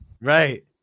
Right